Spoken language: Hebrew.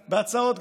בהצעות,